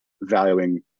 valuing